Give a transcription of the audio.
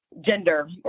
gender